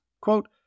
Quote